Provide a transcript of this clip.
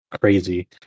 crazy